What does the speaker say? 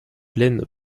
plaine